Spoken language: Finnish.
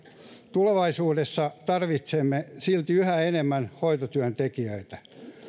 tulevaisuudessa tarvitsemme silti yhä enemmän hoitotyön tekijöitä